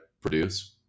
produce